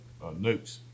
nukes